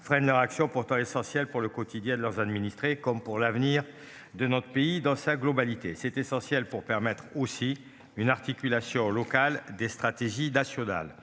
freine la réaction pourtant essentiel pour le quotidien de leurs administrés. Comme pour l'avenir de notre pays dans sa globalité, c'est essentiel pour permettre aussi une articulation local des stratégies nationales.